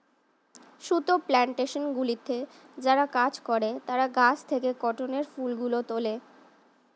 সুতো প্ল্যানটেশনগুলিতে যারা কাজ করে তারা গাছ থেকে কটনের ফুলগুলো তোলে